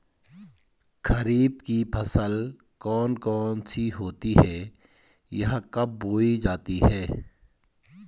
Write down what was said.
खरीफ की फसल कौन कौन सी होती हैं यह कब बोई जाती हैं?